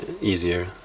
easier